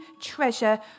treasure